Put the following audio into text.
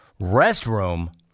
Restroom